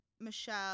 Michelle